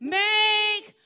make